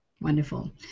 Wonderful